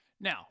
Now